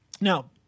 now